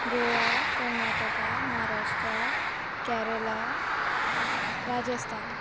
Goa Karnataka Maharashtra Kerala Rajasthan